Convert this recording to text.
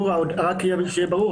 רק שיהיה ברור,